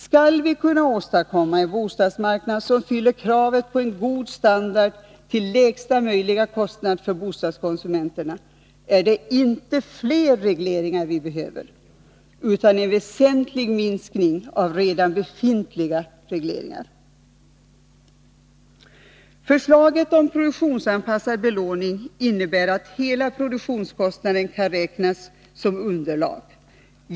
Skall vi kunna åstadkomma en bostadsmarknad som fyller kravet på bostäder med god standard till lägsta möjliga kostnad för bostadskonsumenterna är det inte fler regleringar vi behöver, utan en väsentlig minskning av redan befintliga regleringar. Förslaget om produktionsanpassad belåning innebär att hela produktionskostnaden kan räknas som underlag.